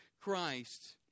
Christ